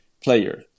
player